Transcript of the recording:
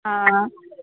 हँ